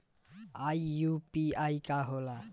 ई यू.पी.आई का होला?